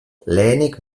lehenik